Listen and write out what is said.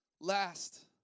Last